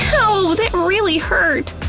ow, that really hurt!